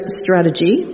strategy